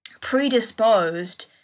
predisposed